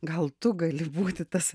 gal tu gali būti tas